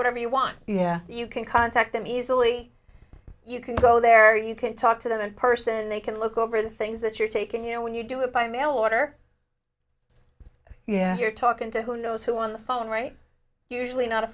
whatever you want yeah you can contact them easily you can go there you can talk to them in person they can look over the things that you're taking you know when you do it by mail order yeah you're talking to who knows who on the phone right usually not a